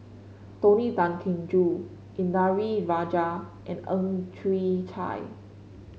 Tony Tan Keng Joo Indranee Rajah and Ang Chwee Chai